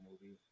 movie